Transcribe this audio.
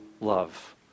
love